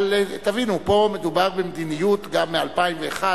אבל תבינו, פה מדובר במדיניות מ-2001.